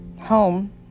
home